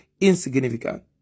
insignificant